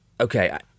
okay